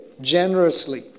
generously